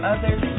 Others